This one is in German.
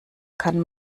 kann